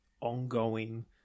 ongoing